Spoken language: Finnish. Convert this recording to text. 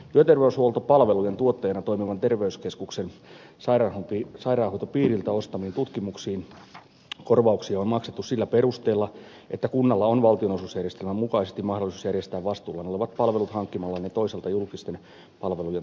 työterveyshuoltopalvelujen tuottajana toimivan terveyskeskuksen sairaanhoitopiiriltä ostamista tutkimuksista korvauksia on maksettu sillä perusteella että kunnalla on valtionosuusjärjestelmän mukaisesti mahdollisuus järjestää vastuullaan olevat palvelut hankkimalla ne toiselta julkisten palvelujen tuottajalta